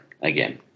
again